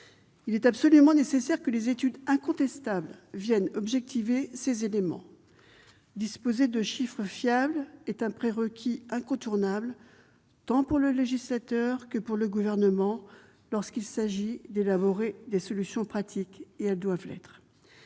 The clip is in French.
Il est absolument nécessaire que des études incontestables viennent objectiver ces éléments. Disposer de chiffres fiables est un prérequis incontournable, tant pour le législateur que pour le Gouvernement, lorsqu'il s'agit d'élaborer des solutions pratiques. Notre seconde